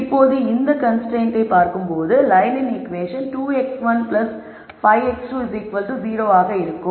இப்போது இங்கே இந்த கன்ஸ்ரைன்ட்டை பார்க்கும்போது லயனின் ஈகுவேஷன் 2 x1 5 x2 10 ஆக இருக்கும்